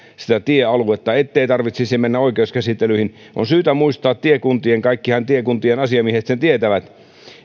sitä tiealuetta ettei tarvitsisi mennä oikeuskäsittelyihin on syytä muistaa tiekuntien kaikki tiekuntien asiamiehethän sen tietävät